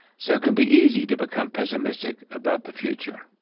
so it can be easy to become pessimistic about the future.